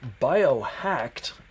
Biohacked